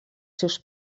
seus